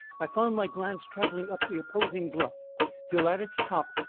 i found my glance travelling up the opposing bluff till at its top,